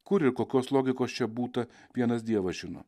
kur ir kokios logikos čia būta vienas dievas žino